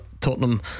Tottenham